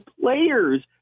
players